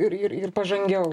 ir ir ir pažangiau